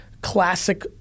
classic